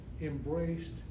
embraced